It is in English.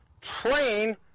Train